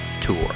Tour